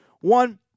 One